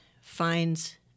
finds